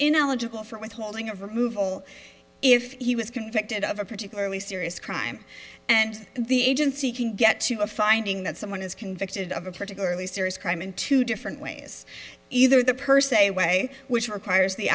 ineligible for withholding of removal if he was convicted of a particularly serious crime and the agency can get to a finding that someone is convicted of a particularly serious crime in two different ways either the per se way which requires the